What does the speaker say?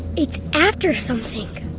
it's after something.